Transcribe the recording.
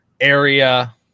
area